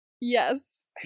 Yes